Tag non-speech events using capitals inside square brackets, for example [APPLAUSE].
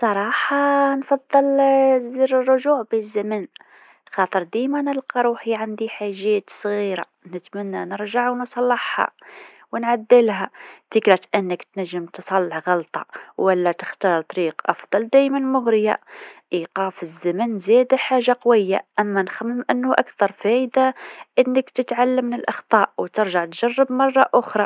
بصراحه [HESITATION] نفضل [HESITATION] زاده الرجوع بالزمن خاطر ديما نلقا روحي عندي حاجات صغيره نتمنى نرجع و نصلحها ونعدلها، فكرة انك تنجم تصلح غلطه ولا تختار طريق أفضل دايما مغريه إيقاف الزمن زادا حاجه قويه أما نخمم إنو أكثر فايده إنك تتعلم من الأخطاء وترجع تجرب مره أخرى.